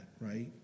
right